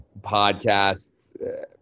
podcasts